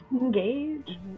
engage